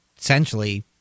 essentially